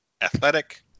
athletic